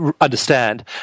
understand